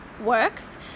works